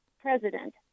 president